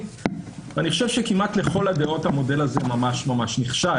ואני חושב שכמעט לכל הדעות המודל הזה ממש ממש נכשל.